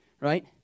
right